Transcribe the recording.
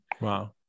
Wow